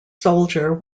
soldier